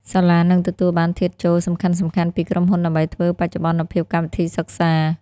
សាលានឹងទទួលបានធាតុចូលសំខាន់ៗពីក្រុមហ៊ុនដើម្បីធ្វើបច្ចុប្បន្នភាពកម្មវិធីសិក្សា។